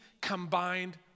combined